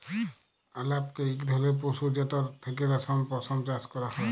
আলাপকে ইক ধরলের পশু যেটর থ্যাকে রেশম, পশম চাষ ক্যরা হ্যয়